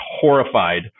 horrified